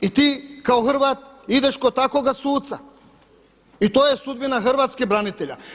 I ti kao Hrvat ideš kod takvoga suca i to je sudbina hrvatskih branitelja.